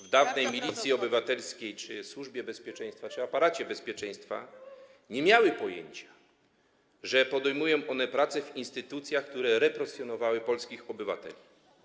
w dawnej Milicji Obywatelskiej czy Służbie Bezpieczeństwa, czy aparacie bezpieczeństwa i nie miały pojęcia, że podejmują one pracę w instytucjach, które represjonowały polskich obywateli.